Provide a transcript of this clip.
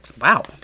wow